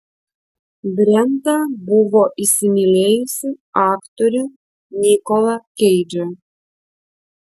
brenda buvo įsimylėjusi aktorių nikolą keidžą